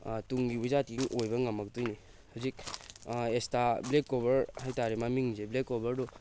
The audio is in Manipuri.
ꯇꯨꯡꯒꯤ ꯋꯤꯖꯥꯔꯠ ꯀꯤꯡ ꯑꯣꯏꯕ ꯉꯝꯃꯛꯇꯣꯏꯅꯤ ꯍꯧꯖꯤꯛ ꯑꯦꯁꯇꯥ ꯕ꯭ꯂꯦꯛ ꯀ꯭ꯂꯣꯕꯔ ꯍꯥꯏ ꯇꯥꯔꯦ ꯃꯃꯤꯡꯁꯦ ꯕ꯭ꯂꯦꯛ ꯀ꯭ꯂꯣꯕꯔꯗꯨ